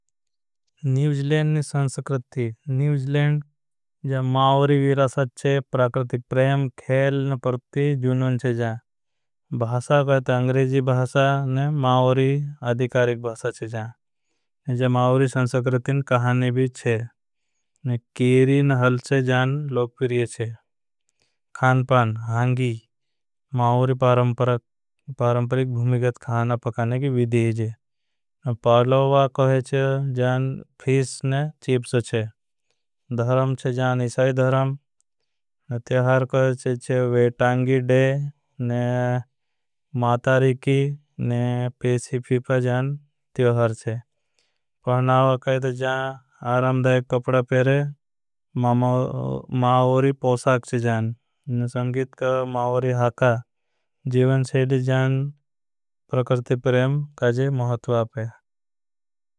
न्यूजीलैंड ने संसक्रत्ती न्यूजीलैंड जब माओरी विरासथ चे प्राकृतिक प्रेम। खेल न पर्ति जुनून चे जान कहते हैं अंग्रेजी भासा न माओरी अधिकारिक। भासा चे जान माओरी संसक्रतिन कहाने भी छे न हल चे जान लोगपिरिये। च खान पान हांगी माओरी पारंपरिक भुमिगत खाना। पकाने की विदिये जे कहे चे जान फिस न चीप्स चे चे जान इसाई धरम न। त्यहर कहे चे वेटांगी डे न मातारी की न पेसी फिपा जान त्यहर चे कहे। जान आरामदाय कपड़ा पेरे माओरी पोसाक चे जान। न संगीत कहे जान माओरी हाका से जान प्रकर्ति प्रेम काजे महत्वा पे।